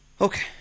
Okay